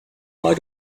why